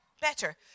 Better